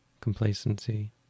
complacency